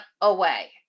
away